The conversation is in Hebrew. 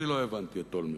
אני לא הבנתי את אולמרט.